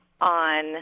on